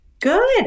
Good